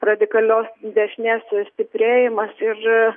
radikalios dešinės stiprėjimas ir